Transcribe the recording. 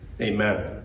Amen